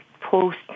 post